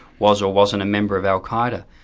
was or wasn't a member of al-qa'eda.